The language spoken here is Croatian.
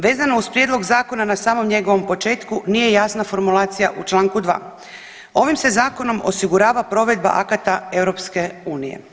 Vezano uz prijedlog zakona na samom njegovom početku nije jasna formulacija u Članku 2. ovim se zakonom osigurava provedba akata EU.